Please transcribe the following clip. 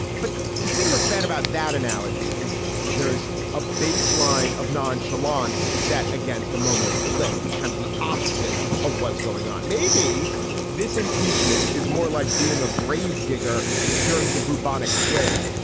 but the thing that's bad about that analogy is there is a baseline of nonchalance set against a moment of bliss. that's kind of the opposite of what's going on. maybe this impeachment is more like being a grave digger during the bubonic plague.